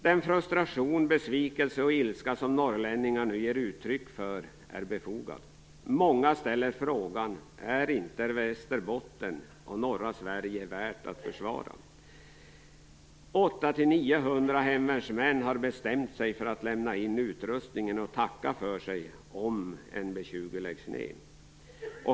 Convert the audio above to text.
Den frustration, besvikelse och ilska som norrlänningar nu ger uttryck för är befogad. Många frågar sig om Västerbotten och norra Sverige inte är värt att försvara. 800-900 hemvärnsmän har bestämt sig för att lämna in utrustningen och tacka för sig om NB 20 läggs ned.